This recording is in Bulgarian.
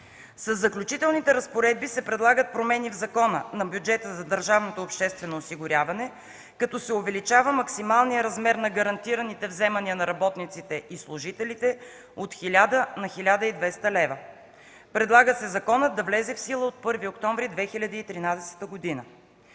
Със заключителните разпоредби се предлагат промени в Закона за бюджета на държавното обществено осигуряване като се увеличава максималният размер на гарантираните вземания на работниците и служителите от 1000 на 1 200 лв. Предлага се законът да влезе в сила от 1 октомври 2013 г.